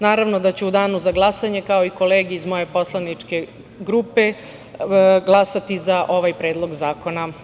Naravno da ću u danu za glasanje kao i kolege iz moje poslaničke grupe glasti za ovaj Predlog zakona.